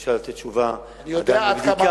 אפשר לתת תשובה: עדיין בבדיקה.